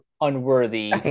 unworthy